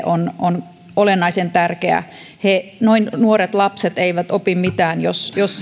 on on olennaisen tärkeä he noin nuoret lapset eivät opi mitään jos jos